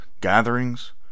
gatherings